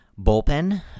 bullpen